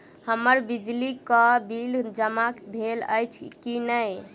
हम्मर बिजली कऽ बिल जमा भेल अछि की नहि?